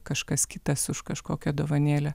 kažkas kitas už kažkokią dovanėlę